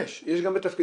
יש פה את איציק קרומבי,